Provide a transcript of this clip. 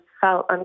felt